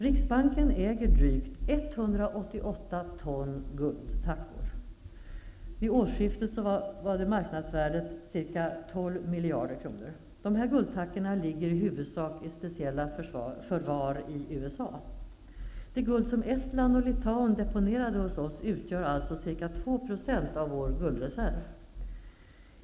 Riksbanken äger drygt 188 ton guld, vid årsskiftet marknadsvärderat till ca 12 miljarder kronor. Guldtackorna ligger i huvudsak i speciella förvar i USA. Det guld som Estland och Litauen deponerade hos oss utgör alltså ca 2 % av vår guldreserv.